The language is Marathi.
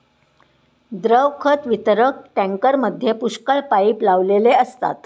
द्रव खत वितरक टँकरमध्ये पुष्कळ पाइप लावलेले असतात